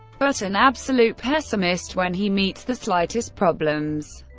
but an absolute pessimist when he meets the slightest problems.